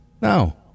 no